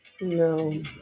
No